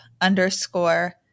underscore